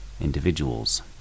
individuals